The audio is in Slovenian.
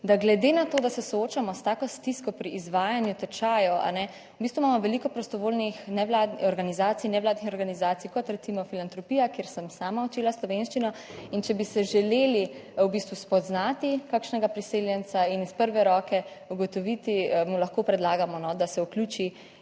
glede na to, da se soočamo s tako stisko pri izvajanju tečajev, a ne, v bistvu imamo veliko prostovoljnih organizacij, kot recimo Filantropija, kjer sem sama učila slovenščino in če bi si želeli v bistvu spoznati kakšnega priseljenca in iz prve roke ugotoviti, mu lahko predlagamo, da se vključi